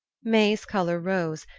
may's colour rose,